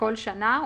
בכל שנה,